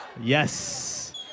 Yes